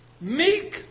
meek